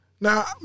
now